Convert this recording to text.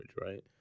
right